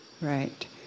right